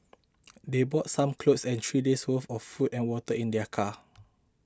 they brought some clothes and three days' worth of food and water in their car